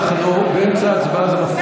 אנחנו באמצע הצבעה,